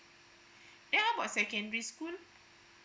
then how about secondary school